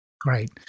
Great